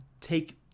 take